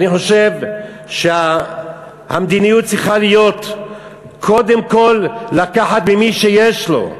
אני חושב שהמדיניות צריכה להיות קודם כול לקחת ממי שיש לו,